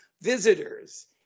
visitors